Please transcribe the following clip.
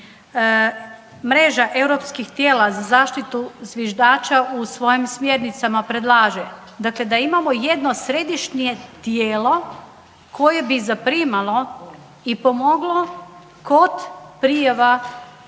mreža europskih tijela za zaštitu zviždača u svojim smjernicama predlaže. Dakle, da imamo jedno središnje tijelo koje bi zaprimalo i pomoglo kod prijava